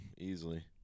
easily